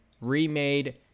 remade